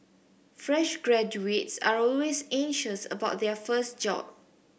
fresh graduates are always anxious about their first job